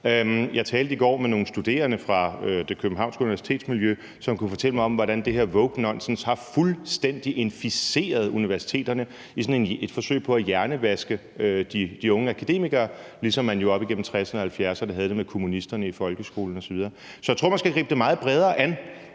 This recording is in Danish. Jeg talte i går med nogle studerende fra det københavnske universitetsmiljø, som kunne fortælle mig om, hvordan det her wokenonsens fuldstændig har inficeret universiteterne i sådan et forsøg på at hjernevaske de unge akademikere, ligesom man jo op igennem 1960'erne og 1970'erne havde det med kommunisterne i folkeskolen osv. Så jeg tror, man skal gribe det meget bredere an,